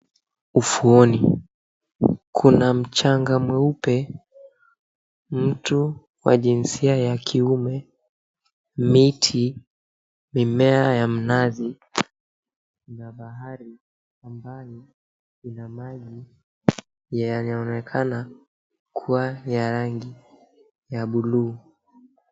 Ufuoni kuna mchanga mweupe, mtu wa jinsia ya kiume, miti, mimea ya mnazi na bahari kwa mbali ina maji yenye inaonekana kuwa ya rangi ya buluu